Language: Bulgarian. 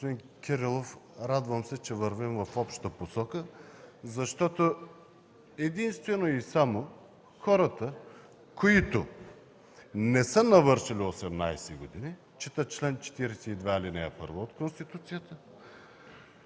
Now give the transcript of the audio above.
Кирилов, радвам се, че вървим в обща посока, защото единствено и само хората, които не са навършили 18 години – чета чл. 42, ал. 1 от Конституцията,